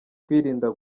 kwirinda